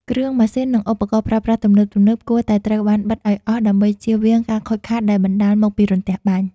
គ្រឿងម៉ាស៊ីន និងឧបករណ៍ប្រើប្រាស់ទំនើបៗគួរតែត្រូវបានបិទឱ្យអស់ដើម្បីជៀសវាងការខូចខាតដែលបណ្តាលមកពីរន្ទះបាញ់។